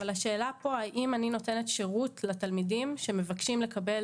אבל השאלה פה האם אני נותנת שירות לתלמידים שמבקשים לקבל